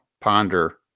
Ponder